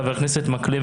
חה"כ מקלב,